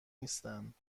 نیستند